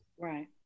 Right